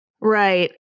Right